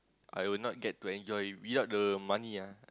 I'll not get to enjoy without the money ah